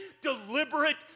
deliberate